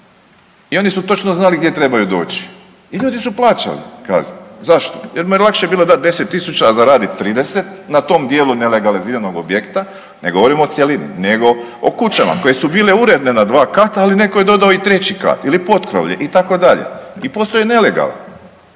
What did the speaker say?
i oni su točno znali gdje trebaju doći i ljudi su plaćali kaznu, zašto, jer mu je lakše bilo dat 10 tisuća a zaradit 30 na tom dijelu nelegaliziranog objekta ne govorimo o cjelini nego o kućama koje su bile uredne na dva kata al neko je dodao i treći kat ili potkrovlje itd., i postao nelegalan